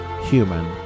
human